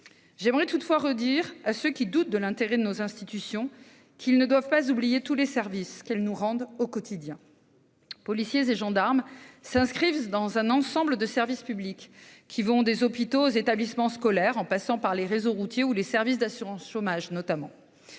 J'aimerais toutefois redire à ceux qui doutent de l'intérêt de nos institutions qu'ils ne doivent pas oublier tous les services qu'elles nous rendent au quotidien. Policiers et gendarmes s'inscrivent dans un ensemble de services publics qui va des hôpitaux aux établissements scolaires, en passant par les réseaux routiers ou les services d'assurance chômage notamment.